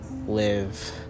live